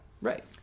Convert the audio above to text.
right